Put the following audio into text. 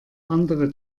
andere